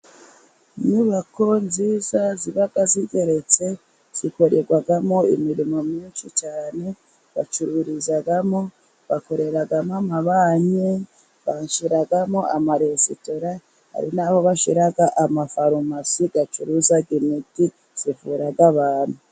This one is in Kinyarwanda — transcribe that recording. Inyubako nziza ziba zigeretse zikorerwagamo imirimo myinshi cyane bacururizamo, bakoreramo amabanki, banshyiramo amaresitora, hari naho bashyira amafarumasi acuruza imiti ivura abantu.